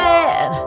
Bad